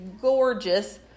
gorgeous